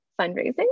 fundraising